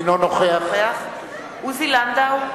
אינו נוכח עוזי לנדאו,